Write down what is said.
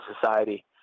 society